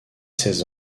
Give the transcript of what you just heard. seize